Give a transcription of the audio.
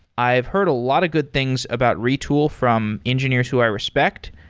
i've heard a lot of good things about retool from engineers who i respect.